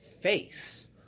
face